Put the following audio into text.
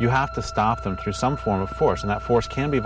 you have to stop them through some form of force and that force can